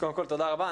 תודה רבה.